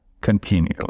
continually